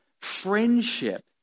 friendship